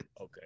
Okay